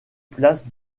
place